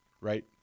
right